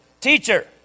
Teacher